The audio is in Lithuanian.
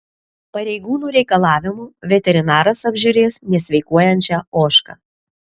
pareigūnų reikalavimu veterinaras apžiūrės nesveikuojančią ožką